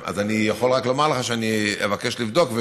אז אני יכול רק לומר לך שאני אבקש לבדוק,